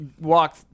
walk